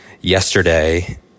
yesterday